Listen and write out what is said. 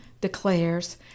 declares